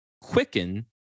quicken